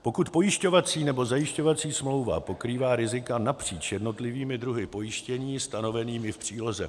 Pokud pojišťovací nebo zajišťovací smlouva pokrývá rizika napříč jednotlivými druhy pojištění stanovenými v příloze